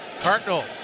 Cardinal